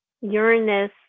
Uranus